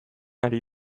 ari